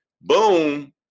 boom